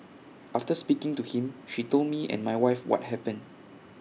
after speaking to him she told me and my wife what happen